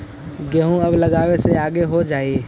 गेहूं कब लगावे से आगे हो जाई?